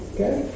Okay